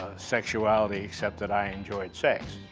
sexuality, except that i enjoyed sex.